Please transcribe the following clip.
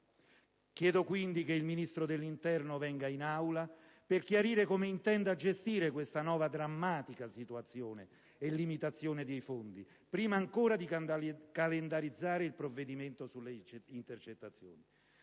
Chiedo quindi che il Ministro dell'interno venga in Aula per chiarire come intenda gestire questa nuova drammatica situazione e limitazione di fondi, prima ancora di calendarizzare il provvedimento sulle intercettazioni.